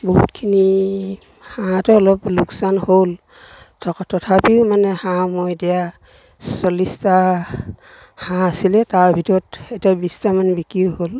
বহুতখিনি হাঁহতে অলপ লোকচান হ'ল তথাপিও মানে হাঁহ মই এতিয়া চল্লিছটা হাঁহ আছিলে তাৰ ভিতৰত এতিয়া বিছটামান বিক্ৰীও হ'ল